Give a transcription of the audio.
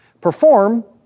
Perform